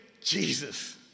Jesus